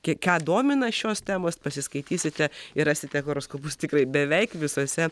kie ką domina šios temos pasiskaitysite ir rasite horoskopus tikrai beveik visuose